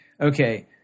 Okay